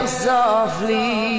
softly